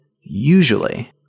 Usually